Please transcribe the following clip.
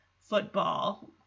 football